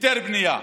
היתר בנייה,